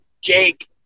jake